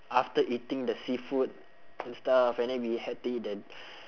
after eating the seafood and stuff and then we had to eat the